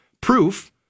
Proof